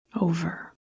over